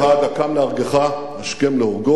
הקם להורגך השכם להורגו,